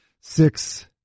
six